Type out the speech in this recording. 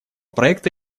проекта